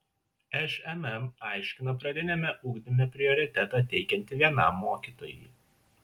šmm aiškina pradiniame ugdyme prioritetą teikianti vienam mokytojui